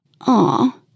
Aw